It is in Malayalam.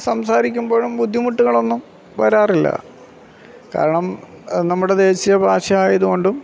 സംസാരിക്കുമ്പോഴും ബുദ്ധിമുട്ടുകളൊന്നും വരാറില്ല കാരണം നമ്മുടെ ദേശീയ ഭാഷ ആയതുകൊണ്ടും